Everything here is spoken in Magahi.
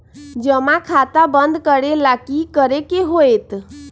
जमा खाता बंद करे ला की करे के होएत?